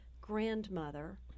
grandmother